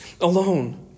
alone